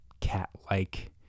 cat-like